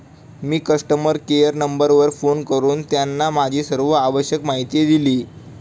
मी customer care नंबरवर phone करून त्यांना माझी सर्व आवश्यक माहिती दिली